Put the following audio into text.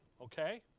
okay